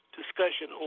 discussion